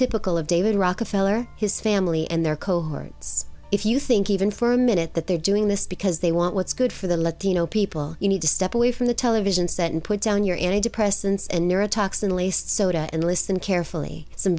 typical of david rockefeller his family and their cohorts if you think even for a minute that they're doing this because they want what's good for the latino people you need to step away from the television set and put down your inane depressants and neurotoxin laced soda and listen carefully some